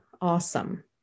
awesome